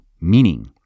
meaning